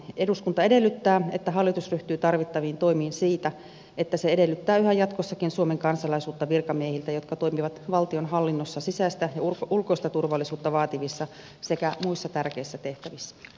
eduskunta edellyttää että hallitus ryhtyy tarvittaviin toimiin siitä että se edellyttää yhä jatkossakin suomen kansalaisuutta virkamiehiltä jotka toimivat valtionhallinnossa sisäistä ja ulkoista turvallisuutta vaativissa sekä muissa tärkeissä tehtävissä